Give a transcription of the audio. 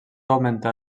augmentar